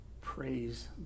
Praise